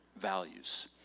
values